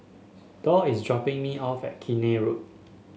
Dorr is dropping me off at Keene Road